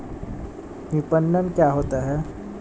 विपणन क्या होता है?